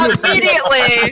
Immediately